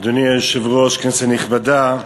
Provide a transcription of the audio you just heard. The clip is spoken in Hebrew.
אדוני היושב-ראש, כנסת נכבדה,